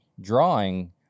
drawing